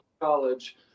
college